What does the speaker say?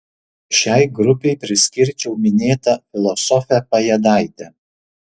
šiai grupei priskirčiau minėtą filosofę pajėdaitę